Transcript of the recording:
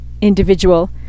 individual